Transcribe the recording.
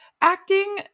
acting